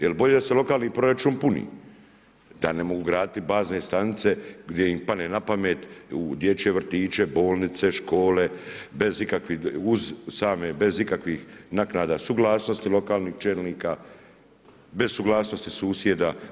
Jer bolje da se lokalni proračun puni, da ne mogu graditi bazne stanice gdje im padne na pamet, u dječje vrtiće, bolnice, škole, uz same, bez ikakvih naknada, suglasnosti lokalnih čelnika, bez suglasnosti susjeda.